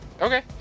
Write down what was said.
okay